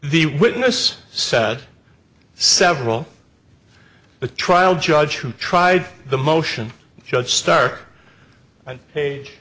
the witness said several the trial judge who tried the motion judge stark a